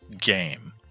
game